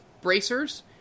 bracers